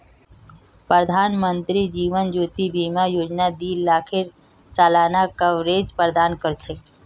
प्रधानमंत्री जीवन ज्योति बीमा योजना दी लाखेर सालाना कवरेज प्रदान कर छे